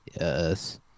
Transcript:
Yes